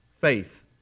faith